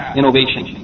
innovation